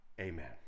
Amen